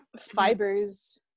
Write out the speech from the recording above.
fibers